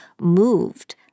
moved